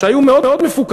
שהיו מאוד מפוכחים.